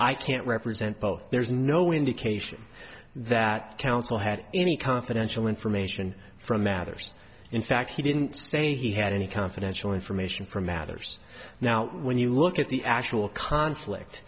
i can't represent both there is no indication that counsel had any confidential information from matters in fact he didn't say he had any confidential information for matters now when you look at the actual conflict